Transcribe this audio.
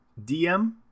dm